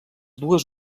dues